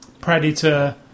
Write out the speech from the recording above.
Predator